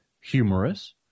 humorous